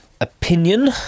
opinion